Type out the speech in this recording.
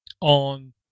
on